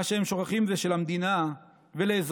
מה שהם שוכחים זה שלמדינה ולאזרחיה,